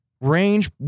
range